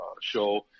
show